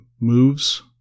moves